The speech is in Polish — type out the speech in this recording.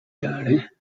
jary